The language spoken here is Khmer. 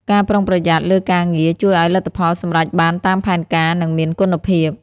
ការប្រុងប្រយ័ត្នលើការងារ ជួយឱ្យលទ្ធផលសម្រេចបានតាមផែនការ និងមានគុណភាព។